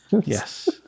Yes